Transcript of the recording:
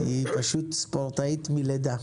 היא פשוט ספורטאית מלידה.